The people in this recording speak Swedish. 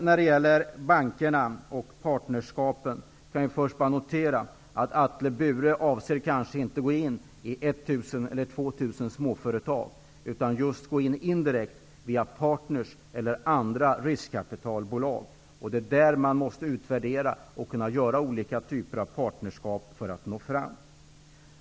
När det gäller bankerna och partnerskapen, kan jag först bara notera att Atle och Bure kanske inte avser att gå in i 1 000 eller 2 000 småföretag, utan just gå in indirekt, via partner eller andra riskkapitalbolag. Det är där man måste utvärdera och göra olika typer av partnerskap för att nå fram.